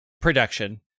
production